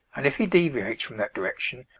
and if he deviates from that direction,